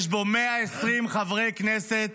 יש בו 120 חברי כנסת